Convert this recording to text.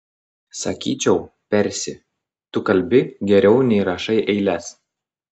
sakyčiau persi tu kalbi geriau nei rašai eiles